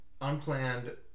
Unplanned